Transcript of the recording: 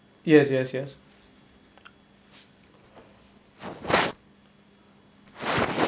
yes yes yes